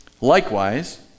Likewise